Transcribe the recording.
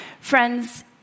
Friends